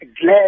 glad